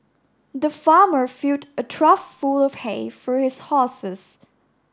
the farmer filled a trough full of hay for his horses